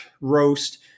roast